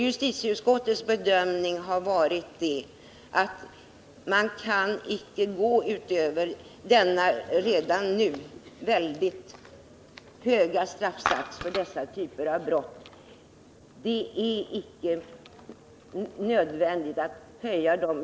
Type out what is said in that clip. Justitieutskottets bedömning har varit den, att man icke kan gå utöver de redan nu väldigt höga straffsatser som gäller för dessa typer av brott. Det är icke nödvändigt att höja dem.